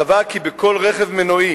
קבעה כי בכל רכב מנועי